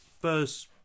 first